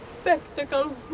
spectacle